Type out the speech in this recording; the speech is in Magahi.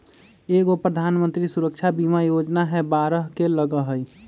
एगो प्रधानमंत्री सुरक्षा बीमा योजना है बारह रु लगहई?